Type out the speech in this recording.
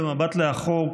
במבט לאחור,